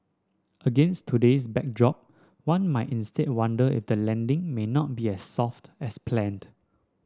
against today's backdrop one might instead wonder if the landing may not be as soft as planned